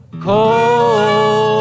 cold